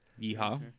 Yeehaw